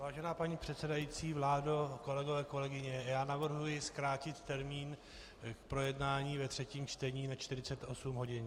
Vážená paní předsedající, vládo, kolegyně, kolegové, navrhuji zkrátit termín k projednání ve třetím čtení na 48 hodin.